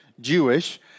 Jewish